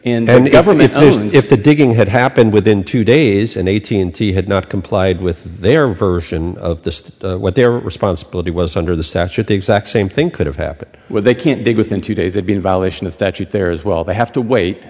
and the government if the digging had happened within two days and eighteen t had not complied with their version of the what their responsibility was under the statute the exact same thing could have happened where they can't dig within two days they'd be in violation of statute there as well they have to wait